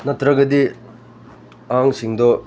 ꯅꯠꯇ꯭ꯔꯒꯗꯤ ꯑꯉꯥꯡꯁꯤꯡꯗꯣ